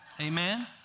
amen